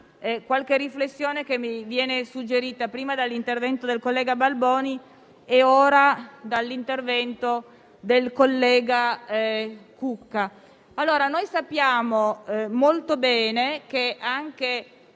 Qualche riflessione mi viene suggerita dall'intervento del collega Balboni e ora dall'intervento del collega Cucca: